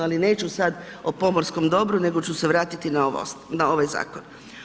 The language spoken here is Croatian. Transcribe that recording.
Ali neću sada o pomorskom dobru nego ću se vratiti na ovaj zakon.